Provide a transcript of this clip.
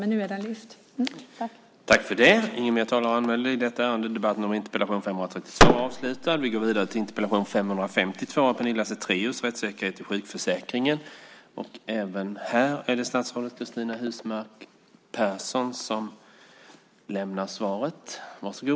Men nu har den lyfts fram.